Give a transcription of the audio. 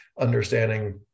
understanding